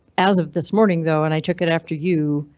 as of this morning though, and i took it after you.